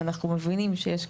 אנחנו מבינים שיש בעיה.